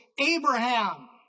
Abraham